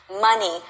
money